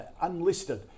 unlisted